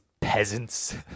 peasants